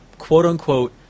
quote-unquote